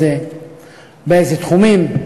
באיזה תחומים.